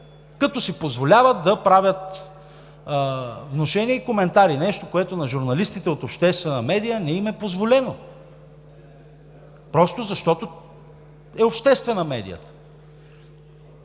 като си позволяват да правят внушения и коментари – нещо, което на журналистите от обществена медия не им е позволено, просто защото е обществена медия.